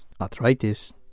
arthritis